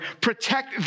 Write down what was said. protect